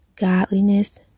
godliness